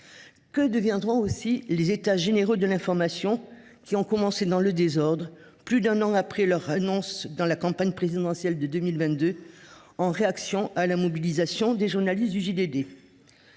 Que deviendront aussi les états généraux de l’information, qui ont commencé dans le désordre plus d’un an après leur annonce lors de la campagne présidentielle de 2022, en réaction à la mobilisation des journalistes du ?